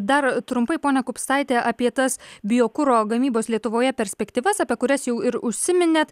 dar trumpai pone kupstaiti apie tas biokuro gamybos lietuvoje perspektyvas apie kurias jau ir užsiminėt